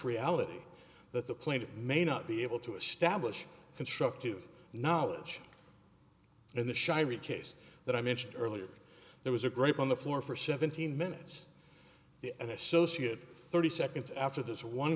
reality that the plaintiff may not be able to establish constructive knowledge and the shy reach case that i mentioned earlier there was a grape on the floor for seventeen minutes the associated thirty seconds after this one